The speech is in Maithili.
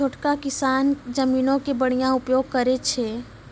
छोटका किसान जमीनो के बढ़िया उपयोग करै छै